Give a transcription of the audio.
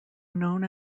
known